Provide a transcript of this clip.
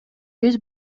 биз